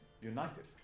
United